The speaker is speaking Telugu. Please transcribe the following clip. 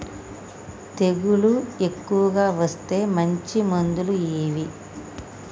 తెగులు ఎక్కువగా వస్తే మంచి మందులు ఏవి?